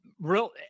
real